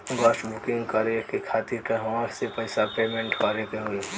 Gas booking करे के खातिर कहवा से पैसा पेमेंट करे के होई?